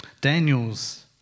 Daniel's